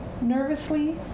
Nervously